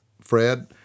Fred